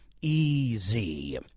easy